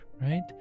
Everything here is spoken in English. right